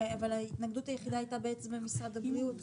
ההתנגדות היחידה הייתה בעצם ממשרד הבריאות לעניין.